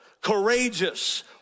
courageous